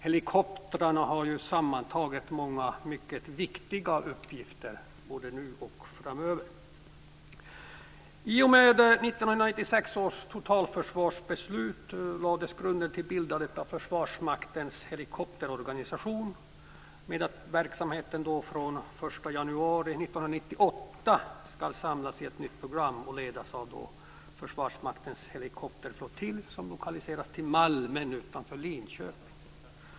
Helikoptrarna har sammantaget många viktiga uppgifter både nu och framöver. 1998 samlas i ett nytt program och ledas av Försvarsmaktens helikopterflottilj som lokaliseras till Malmen utanför Linköping.